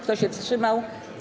Kto się wstrzymał?